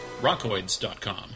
rockoids.com